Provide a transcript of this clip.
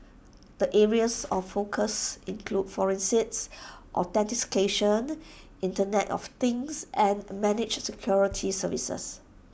the areas of focus include forensics authentication Internet of things and managed security services